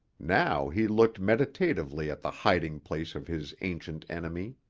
now he looked meditatively at the hiding place of his ancient enemy.